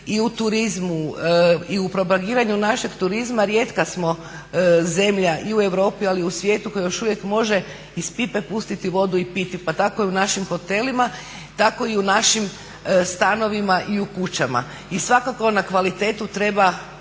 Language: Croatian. i u turizmu i u propagiranju našeg turizma rijetka smo zemlja i u Europi ali i u svijetu koja još uvijek može iz pipe pustiti vodu i piti pa tako i u našim hotelima, tako i u našim stanovima i u kućama. I svakako na kvalitetu treba